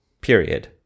period